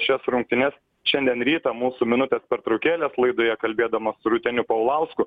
šias rungtynes šiandien rytą mūsų minutės pertraukėlės laidoje kalbėdama su rūteniu paulausku